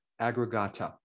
aggregata